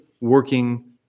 working